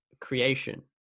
creation